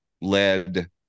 led